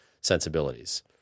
sensibilities